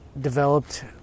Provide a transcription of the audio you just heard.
developed